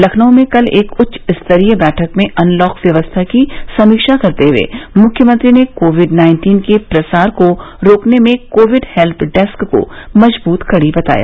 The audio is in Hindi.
लखनऊ में कल एक उच्च स्तरीय बैठक में अनलॉक व्यवस्था की समीक्षा करते हुए मुख्यमंत्री ने कोविड नाइन्टीन के प्रसार को रोकने में कोविड हेल्प डेस्क को मजबूत कड़ी बताया